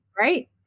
right